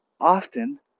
often